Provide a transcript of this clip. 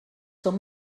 són